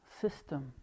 system